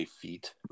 feet